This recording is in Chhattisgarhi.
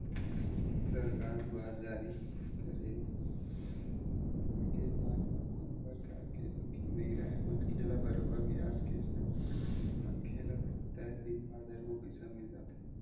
सरकार दुवार जारी करे गे बांड म कोनो परकार के जोखिम नइ राहय मनखे ल बरोबर बियाज के संग मनखे ल तय दिन बादर म पइसा मिल जाथे